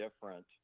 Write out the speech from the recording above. different